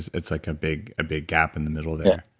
it's like a big ah big gap in the middle there.